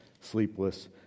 sleepless